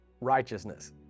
righteousness